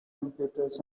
computers